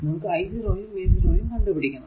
നമുക്ക് i 0 യും v 0 കണ്ടു പിടിക്കണം